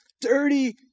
dirty